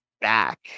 back